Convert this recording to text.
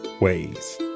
ways